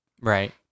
Right